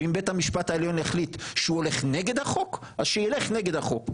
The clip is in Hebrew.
ואם בית המשפט העליון החליט שהוא הולך נגד החוק אז שילך נגד החוק,